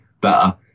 better